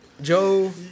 Joe